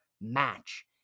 match